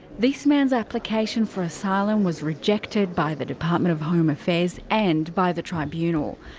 this man's application for asylum was rejected by the department of home affairs and by the tribunal.